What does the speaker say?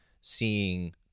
seeing